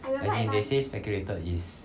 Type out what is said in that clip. as in they say speculated is